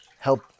Help